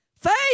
Faith